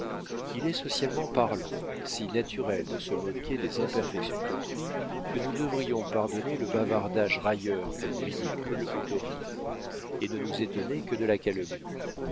il est socialement parlant si naturel de se moquer des imperfections d'autrui que nous devrions pardonner le bavardage railleur que nos ridicules autorisent et ne nous étonner que de la calomnie